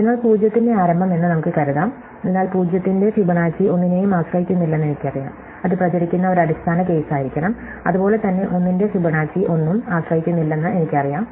അതിനാൽ 0 ന്റെ ആരംഭം എന്ന് നമുക്ക് കരുതാം അതിനാൽ 0 ന്റെ ഫിബൊനാച്ചി ഒന്നിനെയും ആശ്രയിക്കുന്നില്ലെന്ന് എനിക്കറിയാം അത് പ്രചരിക്കുന്ന ഒരു അടിസ്ഥാന കേസായിരിക്കണം അതുപോലെ തന്നെ 1 ന്റെ ഫിബൊനാച്ചി ഒന്നും ആശ്രയിക്കുന്നില്ലെന്ന് എനിക്കറിയാം